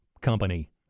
company